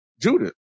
Judith